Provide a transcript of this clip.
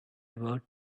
about